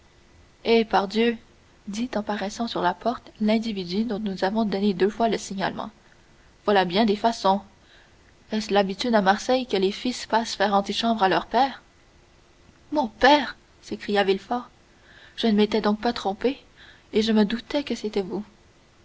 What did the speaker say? eh pardieu dit en paraissant sur la porte l'individu dont nous avons déjà donné deux fois le signalement voilà bien des façons est-ce l'habitude à marseille que les fils fassent faire antichambre à leur père mon père s'écria villefort je ne m'étais donc pas trompé et je me doutais que c'était vous